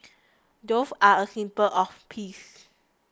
doves are a symbol of peace